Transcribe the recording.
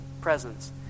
presence